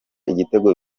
ibitego